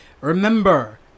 remember